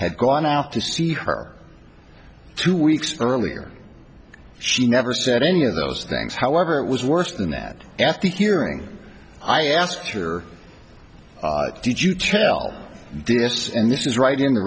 had gone out to see her two weeks earlier she never said any of those things however it was worse than that after hearing i asked her did you tell this and this is right in the